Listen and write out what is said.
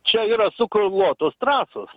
čia yra sukroluotos trasos